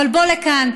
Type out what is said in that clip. אבל בוא לכאן.